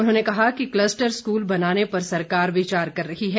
उन्होंने कहा कि क्लस्टर स्कूल बनाने पर सरकार विचार कर रही है